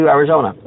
Arizona